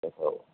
ହଉ